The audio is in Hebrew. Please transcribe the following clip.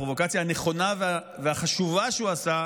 הפרובוקציה הנכונה והחשובה שהוא עשה,